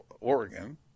Oregon